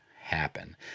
happen